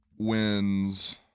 wins